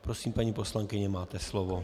Prosím, paní poslankyně, máte slovo.